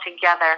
together